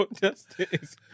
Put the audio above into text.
Justice